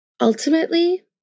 Ultimately